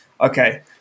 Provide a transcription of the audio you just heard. Okay